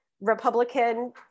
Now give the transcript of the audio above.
Republican